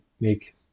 make